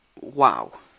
Wow